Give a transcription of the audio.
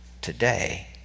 today